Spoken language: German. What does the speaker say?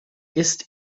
ist